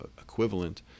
equivalent